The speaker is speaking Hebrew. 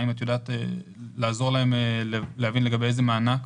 האם את יודעת לגבי איזה מענק